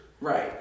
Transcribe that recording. Right